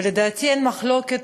ולדעתי אין מחלוקת